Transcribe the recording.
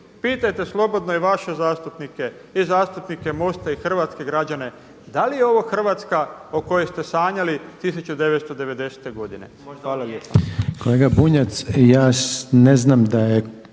Pitajte slobodno i vaše zastupnike i zastupnike MOST-a i hrvatske građane da li je ovo Hrvatska o kojoj ste sanjali 1990. godine?